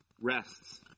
rests